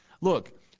Look